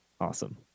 awesome